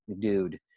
dude